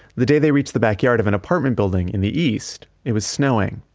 the day they reached the backyard of an apartment building in the east, it was snowing.